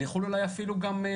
אני יכול אולי גם להוסיף,